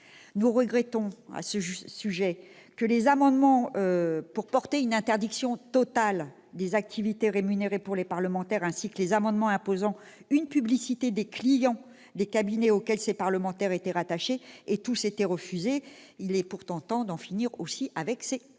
Nous regrettons, à ce sujet, que les amendements visant une interdiction totale des activités rémunérées pour les parlementaires, ainsi que les amendements tendant à imposer une publicité des clients des cabinets auxquels ces parlementaires étaient rattachés aient tous été refusés. Il est pourtant temps d'en finir, aussi, avec ces pratiques